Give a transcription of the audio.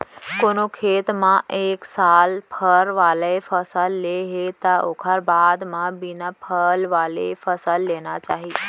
कोनो खेत म एक साल फर वाला फसल ले हे त ओखर बाद म बिना फल वाला फसल लेना चाही